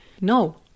No